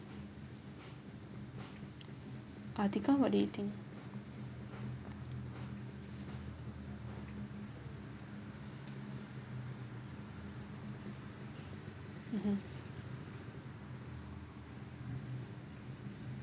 atiqah what do you think mmhmm